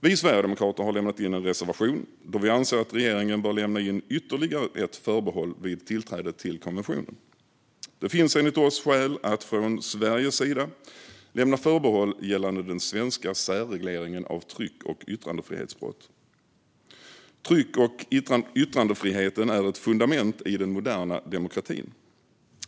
Vi sverigedemokrater har en reservation då vi anser att regeringen bör lämna in ytterligare ett förbehåll vid tillträdet till konventionen. Det finns enligt oss skäl att från Sveriges sida lämna förbehåll gällande den svenska särregleringen av tryck och yttrandefrihetsbrott. Tryck och yttrandefriheten är ett fundament i den moderna demokratin.